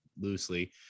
loosely